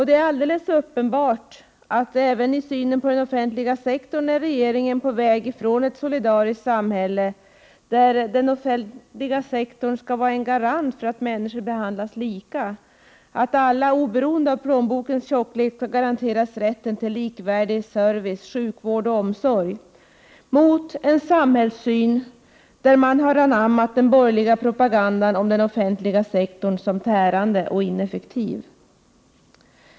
Det är alldeles uppenbart att regeringen även i detta avseende är på väg från ett solidariskt samhälle — där den offentliga sektorn skall vara en garant för att människor behandlas lika och där alla, oberoende av plånbokens tjocklek, skall garanteras rätten till likvärdig service, sjukvård och omsorg — och mot en samhällssyn som innebär att man anammar den borgerliga propagandan om att den offentliga sektorn skulle vara tärande och ineffektiv.